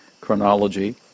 chronology